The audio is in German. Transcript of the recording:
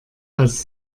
als